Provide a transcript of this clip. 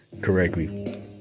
correctly